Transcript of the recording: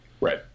Right